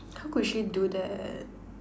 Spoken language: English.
how could she do that